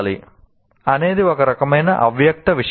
'అనేది ఒక రకమైన అవ్యక్త విషయం